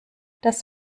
das